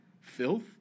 filth